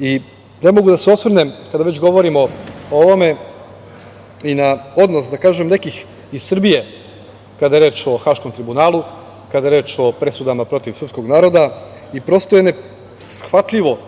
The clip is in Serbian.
I ne mogu da se ne osvrnem kada već govorimo o ovome i na odnos, da kažem nekih iz Srbije, kada je reč o Haškom tribunalu, kada je reč o presudama srpskog naroda i prosto je neshvatljivo